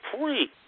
free